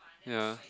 ya